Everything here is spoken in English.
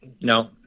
no